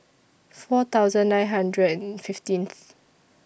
four thousand nine hundred and fifteenth